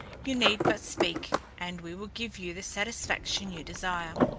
you need but speak, and we will give you the satisfaction you desire.